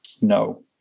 No